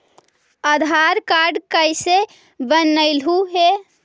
आधार card कईसे बनैलहु हे?